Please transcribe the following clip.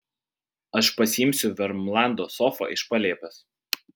aš pasiimsiu vermlando sofą iš palėpės